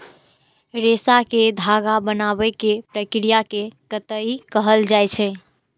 रेशा कें धागा बनाबै के प्रक्रिया कें कताइ कहल जाइ छै